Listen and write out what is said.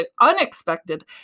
unexpected